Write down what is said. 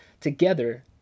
together